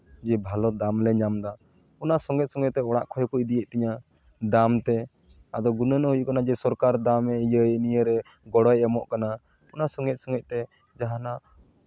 ᱡᱮ ᱵᱷᱟᱞᱚ ᱫᱟᱢᱞᱮ ᱧᱟᱢ ᱮᱫᱟ ᱚᱱᱟ ᱥᱚᱸᱜᱮ ᱥᱚᱸᱜᱮ ᱛᱮ ᱚᱲᱟᱜ ᱠᱷᱚᱱ ᱦᱚᱸᱠᱚ ᱤᱫᱤᱭᱮᱫ ᱛᱤᱧᱟᱹ ᱫᱟᱢ ᱛᱮ ᱟᱫᱚ ᱵᱩᱱᱟᱹᱱᱚᱜ ᱦᱩᱭᱩᱜ ᱠᱟᱱᱟ ᱡᱮ ᱥᱚᱨᱠᱟᱨ ᱫᱟᱢᱮ ᱤᱭᱟᱹᱭ ᱱᱤᱭᱟᱹᱨᱮ ᱜᱚᱲᱚᱭ ᱮᱢᱚᱜ ᱠᱟᱱᱟ ᱚᱱᱟ ᱥᱚᱸᱜᱮ ᱥᱚᱸᱜᱮ ᱛᱮ ᱡᱟᱦᱟᱱᱟᱜ